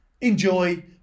enjoy